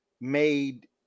made